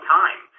time